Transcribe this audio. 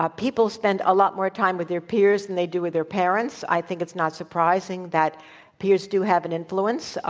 ah people spend a lot more time with their peers than they do with their parents. i think it's not surprising that peers do have an influence. ah